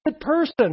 person